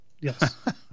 Yes